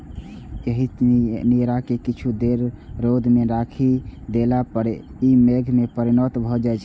एहि नीरा कें किछु देर रौद मे राखि देला पर ई मद्य मे परिणत भए जाइ छै